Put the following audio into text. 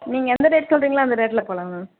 நீங்கள் எந்த டேட் சொல்லுறீங்களோ அந்த டேட்டில போகலாம் மேம்